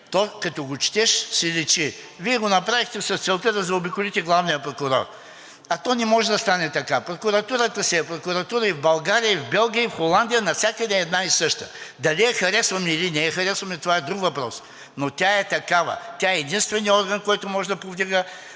то като го четеш, си личи. Вие го направихте с целта да заобиколите главния прокурор, а то не може да стане така. Прокуратурата си е прокуратура и в България, и в Белгия, и в Холандия, навсякъде е една и съща. Дали я харесваме, или не я харесваме, това е друг въпрос, но тя е такава. Тя е единственият орган, който може да повдига